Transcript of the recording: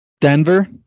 Denver